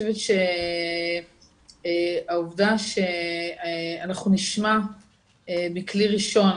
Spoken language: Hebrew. העובדה שאנחנו נשמע מכלי ראשון